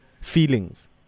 feelings